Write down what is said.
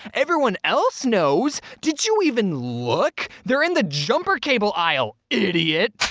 everyone else knows! did you even look! they're in the jumper cable aisle! idiot!